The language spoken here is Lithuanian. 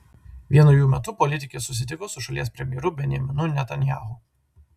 vieno jų metu politikė susitiko su šalies premjeru benjaminu netanyahu